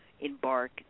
embark